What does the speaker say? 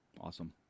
Awesome